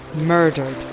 Murdered